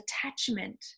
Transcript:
attachment